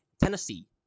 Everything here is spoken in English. Tennessee